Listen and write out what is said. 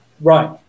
Right